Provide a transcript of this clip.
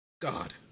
God